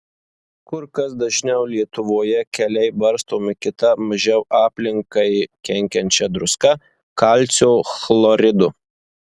kur kas dažniau lietuvoje keliai barstomi kita mažiau aplinkai kenkiančia druska kalcio chloridu